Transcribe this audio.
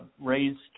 raised